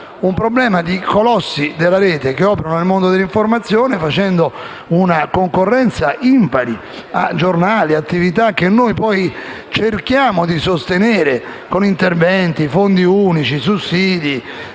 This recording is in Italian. un problema di colossi della rete che operano nel mondo dell'informazione facendo una concorrenza impari a giornali ed attività che noi poi cerchiamo di sostenere con interventi, fondi unici, sussidi